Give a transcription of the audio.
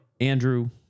Andrew